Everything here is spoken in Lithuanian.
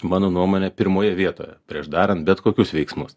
mano nuomone pirmoje vietoje prieš darant bet kokius veiksmus